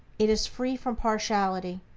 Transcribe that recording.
it is free from partiality.